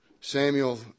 Samuel